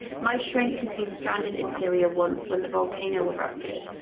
my shrink been stranded in syria once when the volcano erupted.